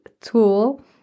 tool